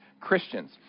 Christians